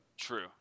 true